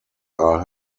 are